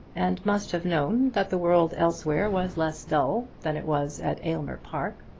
and must have known that the world elsewhere was less dull than it was at aylmer park.